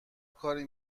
کاری